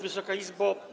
Wysoka Izbo!